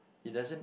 it doesn't